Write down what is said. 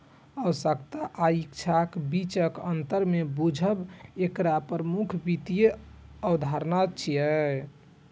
आवश्यकता आ इच्छाक बीचक अंतर कें बूझब एकटा प्रमुख वित्तीय अवधारणा छियै